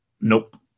Nope